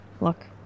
look